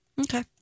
Okay